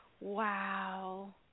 Wow